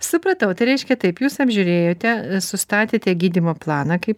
supratau tai reiškia taip jūs apžiūrėjote sustatėte gydymo planą kaip